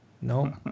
no